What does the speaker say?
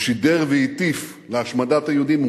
הוא שידל והטיף להשמדת היהודים,